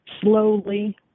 slowly